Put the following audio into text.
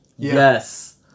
Yes